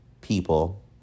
people